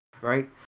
Right